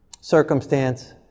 circumstance